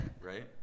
right